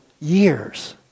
years